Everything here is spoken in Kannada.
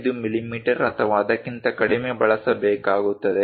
5 ಮಿಲಿಮೀಟರ್ ಅಥವಾ ಅದಕ್ಕಿಂತ ಕಡಿಮೆ ಬಳಸಬೇಕಾಗುತ್ತದೆ